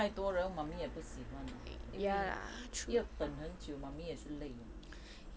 如果是太多人 mummy 也不喜欢因为又要等很久 mummy 也是累啊